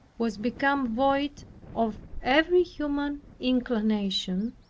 was become void of every human inclination,